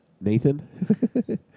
Nathan